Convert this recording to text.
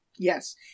Yes